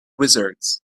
wizards